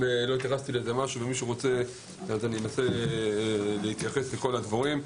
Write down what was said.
אם לא התייחסתי למשהו אני אנסה להתייחס לכל הדברים.